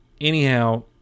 Anyhow